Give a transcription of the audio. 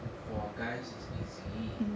for guys is easy